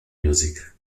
music